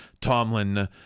Tomlin